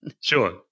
Sure